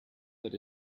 that